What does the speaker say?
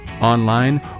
online